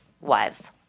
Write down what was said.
wives